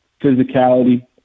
physicality